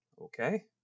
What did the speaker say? Okay